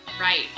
Right